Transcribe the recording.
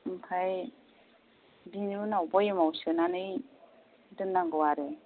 ओमफाय बिनि उनाव बयेमाव सोनानै दोननांगौ आरो